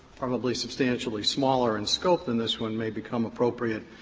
probably substantially smaller in scope than this one, may become appropriate,